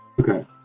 Okay